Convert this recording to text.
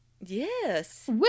Yes